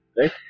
right